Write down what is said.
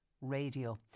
radio